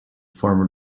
former